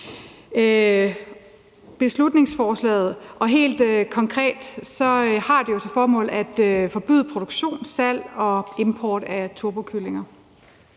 Beslutningsforslaget har helt konkret til formål at forbyde produktion, salg og import af turbokyllinger,